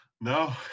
No